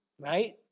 Right